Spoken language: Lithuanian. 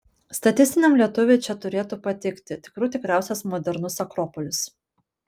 statistiniam lietuviui čia turėtų patikti tikrų tikriausias modernus akropolis